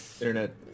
internet